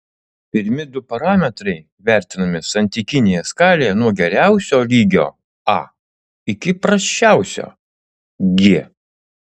pirmi du parametrai vertinami santykinėje skalėje nuo geriausio lygio a iki prasčiausio g